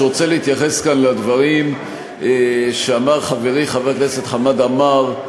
אני רוצה להתייחס כאן לדברים שאמר חברי חבר הכנסת חמד עמאר,